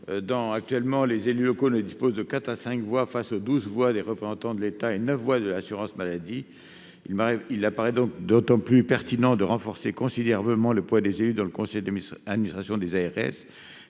ARS. Actuellement, ces élus ne disposent que de quatre ou cinq voix face aux douze voix des représentants de l'État et aux neuf voix de l'assurance maladie. Il apparaît d'autant plus pertinent de renforcer considérablement le poids des élus dans les conseils d'administration des ARS